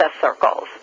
circles